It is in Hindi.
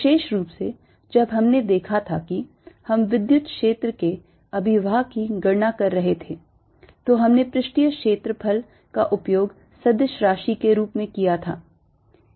विशेष रूप से जब हमने देखा था कि हम विद्युत क्षेत्र के अभिवाह की गणना कर रहे थे तो हमने पृष्ठीय क्षेत्रफल का उपयोग सदिश राशि के रूप में किया था